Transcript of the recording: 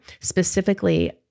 specifically